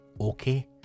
Okay